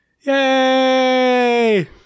Yay